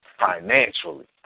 financially